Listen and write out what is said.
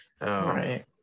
right